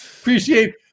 Appreciate